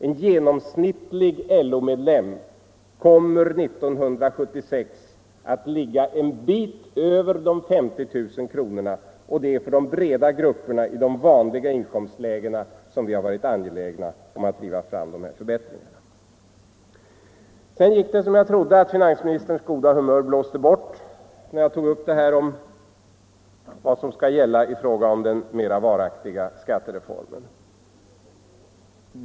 En genomsnittlig LO-medlem kommer 1976 att ligga en bit över 50 000 kr., och det är för de stora grupperna i de vanliga inkomstlägena som vi har varit angelägna om att driva fram de här förbättringarna. Sedan gick det som jag trodde: finansministerns goda humör blåste bort när jag tog upp vad som skall gälla i fråga om den mera varaktiga skattereformen.